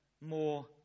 more